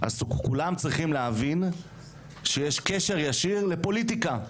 אז כולם צריכים להבין שיש קשר ישיר לפוליטיקה.